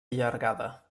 allargada